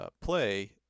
play